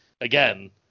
again